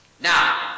Now